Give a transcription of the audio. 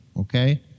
okay